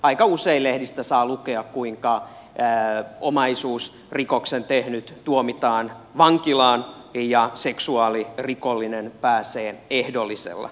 aika usein lehdistä saa lukea kuinka omaisuusrikoksen tehnyt tuomitaan vankilaan ja seksuaalirikollinen pääsee ehdollisella